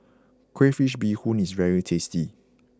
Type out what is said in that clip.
Crayfish Beehoon is very tasty